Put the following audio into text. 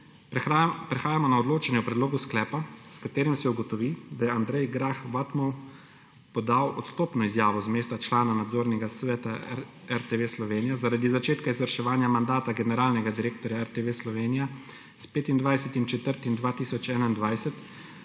Prehajamo na odločanje o Predlogu sklepa, s katerim se ugotovi, da je Andrej Grah Whatmough podal odstopno izjavo z mesta člana nadzornega sveta RTV Slovenija zaradi začetka izvrševanja mandata generalnega direktorja RTV Slovenija s 25. 4. 2021,